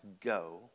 Go